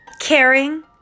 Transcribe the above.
caring